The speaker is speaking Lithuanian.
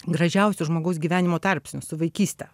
gražiausiu žmogaus gyvenimo tarpsniu su vaikyste